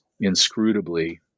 inscrutably